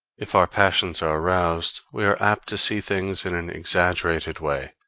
if our passions are aroused, we are apt to see things in an exaggerated way,